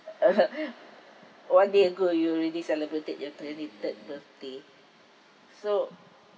one day ago you already celebrated your twenty-third birthday so